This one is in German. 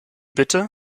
bitte